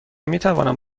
میتوانم